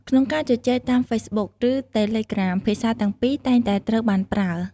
ក្នុងការជជែកតាមហ្វេសប៊ុក ឬតេលេក្រាម ភាសាទាំងពីរតែងតែត្រូវបានប្រើ។